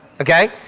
okay